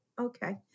okay